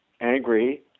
angry